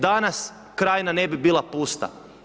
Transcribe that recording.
Danas krajina ne bi bila pusta.